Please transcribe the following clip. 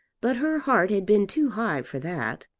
but her heart had been too high for that.